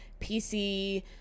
PC